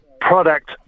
product